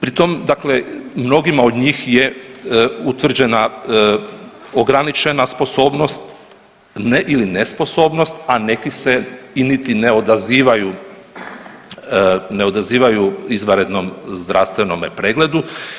Pri tom dakle mnogima od njih je utvrđena ograničena sposobnost ne ili nesposobnost, a neki se i niti ne odazivaju, ne odazivaju izvanrednom zdravstvenom pregledu.